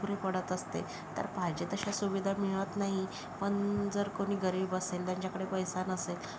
अपुरे पडत असते तर पाहिजे तशा सुविधा मिळत नाही पण जर कोणी गरीब असेल त्यांच्याकडे पैसा नसेल